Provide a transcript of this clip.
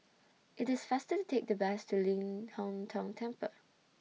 IT IS faster to Take The Bus to Ling Hong Tong Temple